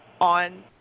on